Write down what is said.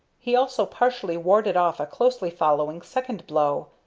he also partially warded off a closely following second blow,